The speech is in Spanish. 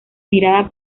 mirada